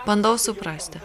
bandau suprasti